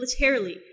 militarily